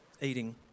eating